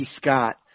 Scott